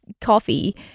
coffee